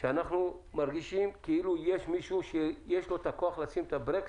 שאנחנו מרגישים כאילו יש מישהו שיש לו כוח לשים ברקס,